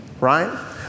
right